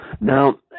Now